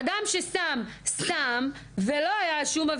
אדם ששם סם ולא היה שום,